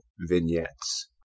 vignettes